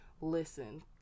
Listen